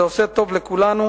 זה עושה טוב לכולנו,